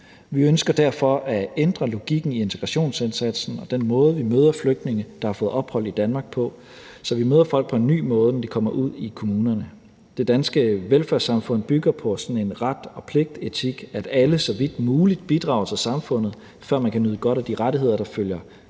Vi ønsker derfor at ændre logikken i integrationsindsatsen og den måde, vi møder flygtninge, der har fået ophold i Danmark, på, så vi møder folk på en ny måde, når de kommer ud i kommunerne. Det danske velfærdssamfund bygger på sådan en ret og pligt-etik, hvorefter alle så vidt muligt bidrager til samfundet, før man kan nyde godt af de rettigheder, der følger med et